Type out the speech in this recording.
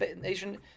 nation